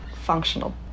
functional